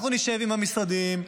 אנחנו נשב עם המשרדים,